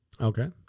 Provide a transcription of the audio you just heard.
okay